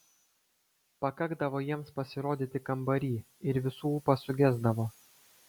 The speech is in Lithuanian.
pakakdavo jiems pasirodyti kambary ir visų ūpas sugesdavo